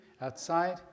outside